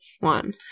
one